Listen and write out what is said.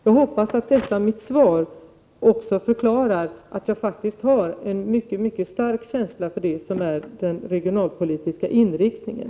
Jag hoppas att mitt svar också förklarar att jag faktiskt har en mycket mycket stark känsla för det som är den regionalpolitiska inriktningen.